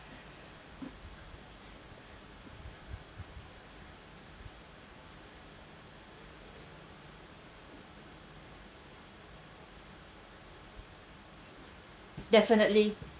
definitely